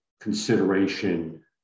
consideration